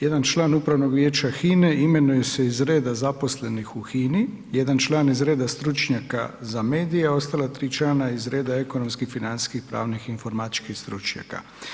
Jedan član Upravnog vijeća Hine imenuje se iz reda zaposlenih u Hini, jedan član iz reda stručnjaka za medije, a ostala 3 člana iz reda ekonomskih, financijskih, pravnih, informatičkih stručnjaka.